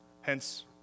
Hence